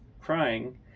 Crying